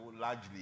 Largely